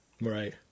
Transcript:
Right